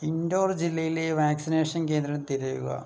indoor ജില്ലയിലെ vaccination കേന്ദ്രം തിരയുക